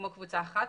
כמו קבוצה אחת,